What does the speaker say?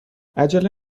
عجله